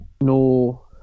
no